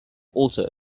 also